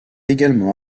également